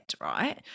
right